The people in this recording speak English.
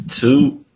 Two